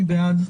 מי בעד?